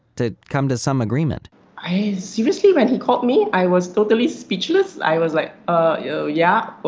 to come to some agreement i seriously when he called me, i was totally speechless. i was like, ah. oh. yeah? but